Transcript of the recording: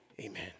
Amen